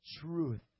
truth